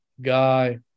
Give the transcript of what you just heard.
guy